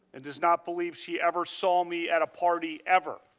and does not believe she ever saw me at a party ever.